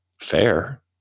fair